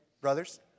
Brothers